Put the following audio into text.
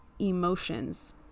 emotions